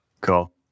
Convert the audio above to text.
Cool